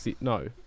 No